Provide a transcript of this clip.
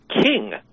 king